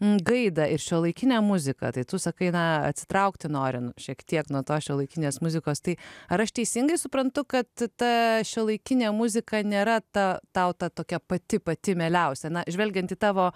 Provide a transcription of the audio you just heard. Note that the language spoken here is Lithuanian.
gaidą ir šiuolaikinę muziką tai tu sakai na atsitraukti norint šiek tiek nuo to šiuolaikinės muzikos tai ar aš teisingai suprantu kad ta šiuolaikinė muzika nėra ta tauta tokia pati pati mieliausia na žvelgiant į tavo